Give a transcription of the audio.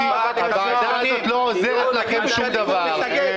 הוועדה הזאת לא עוזרת לכם בשום דבר.